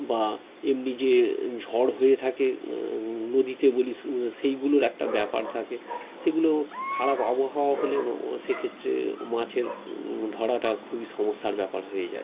বা এমনি যে ঝড় হয়ে থাকে নদীতে বলি সো সেইগুলোর একটা ব্যাপার থাকে সেগুলো খারাপ আবহাওয়া হলে সেক্ষেত্রে মাছের ধরাটা খুবই সমস্যার ব্যাপার হয়ে যায়